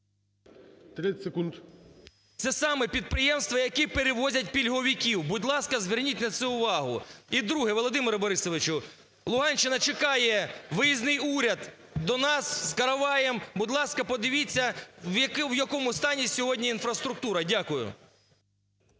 Це саме підприємства, які перевозять пільговиків. Будь ласка, зверніть на це увагу. І друге. Володимире Борисовичу, Луганщина чекає виїзний уряд до нас, з короваєм. Будь ласка, подивіться в якому стані сьогодні інфраструктура. Дякую.